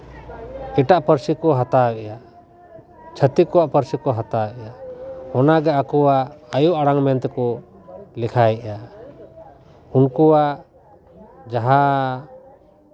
ᱮᱴᱟᱜ ᱯᱟᱹᱨᱥᱤ ᱠᱚ ᱦᱟᱛᱟᱣᱮᱫᱟ ᱪᱷᱟᱹᱛᱤᱠ ᱠᱚᱣᱟᱜ ᱯᱟᱹᱨᱥᱤ ᱠᱚ ᱦᱟᱛᱟᱣᱮᱫᱟ ᱚᱱᱟᱜᱮ ᱟᱠᱚᱣᱟᱜ ᱟᱹᱭᱩ ᱟᱲᱟᱝ ᱢᱮᱱ ᱛᱮᱠᱚ ᱞᱮᱠᱷᱟᱭᱮᱫᱟ ᱩᱱᱠᱩᱣᱟᱜ ᱡᱟᱦᱟᱸ